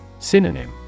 Synonym